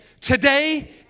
today